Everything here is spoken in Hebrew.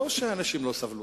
לא שאנשים לא סבלו,